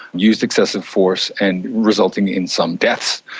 used excessive force, and resulting in some deaths.